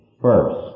first